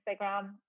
Instagram